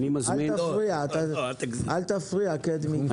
אל תפריע, קדמי.